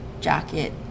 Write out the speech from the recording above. jacket